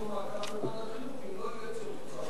במעקב בוועדת החינוך, ואם לא יהיה צורך,